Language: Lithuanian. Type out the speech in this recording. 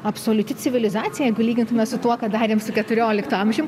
absoliuti civilizacija jeigu lygintume su tuo ką darėm su keturioliktu amžium